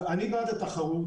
אני בעד התחרות.